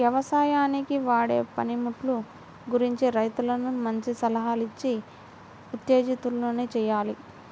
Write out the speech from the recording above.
యవసాయానికి వాడే పనిముట్లు గురించి రైతన్నలను మంచి సలహాలిచ్చి ఉత్తేజితుల్ని చెయ్యాలి